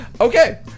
Okay